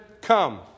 come